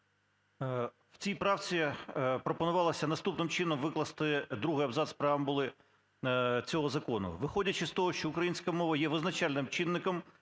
В цій правці пропонувалося наступним чином викласти другий абзац преамбули цього закону: "виходячи з того, що українська мова є визначальним чинником